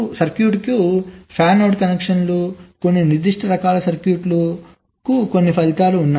సర్క్యూట్కు ఫ్యాన్అవుట్ కనెక్షన్లు కొన్ని నిర్దిష్ట రకాల సర్క్యూట్లకు కొన్ని ఫలితాలు ఉన్నాయి